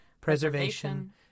preservation